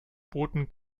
booten